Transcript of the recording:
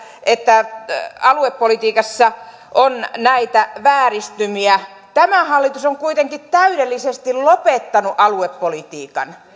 että aluepolitiikassa on näitä vääristymiä tämä hallitus on kuitenkin täydellisesti lopettanut aluepolitiikan